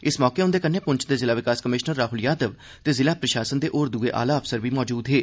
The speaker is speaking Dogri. इस मौके उन्दे कन्नै पुंछ दे जिला विकास कमिषनर राहुल यादव ते जिला प्रषासन दे होर दुए आला अफसर बी मौजूद हे